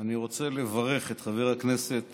אני רוצה לברך את חבר הכנסת